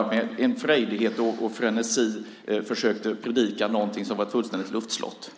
med en frejdighet och frenesi försökte predika någonting som var ett fullständigt luftslott.